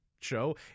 show